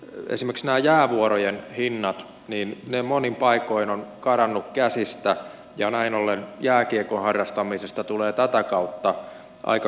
esimerkiksi nämä jäävuorojen hinnat monin paikoin ovat karanneet käsistä ja näin ollen jääkiekon harrastamisesta tulee tätä kautta aika kallista